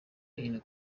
hino